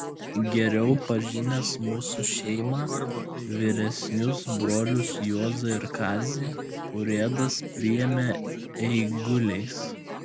geriau pažinęs mūsų šeimą vyresnius brolius juozą ir kazį urėdas priėmė eiguliais